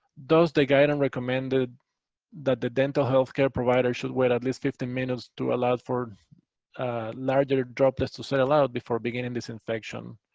those the guide and recommended that the dental healthcare provider should wait at least fifteen minutes to allow for larger droplets to settle out before beginning disinfection.